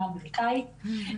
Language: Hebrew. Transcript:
נסגרו.